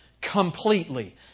completely